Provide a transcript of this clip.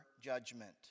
judgment